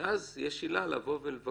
ואז יש עילה לבקש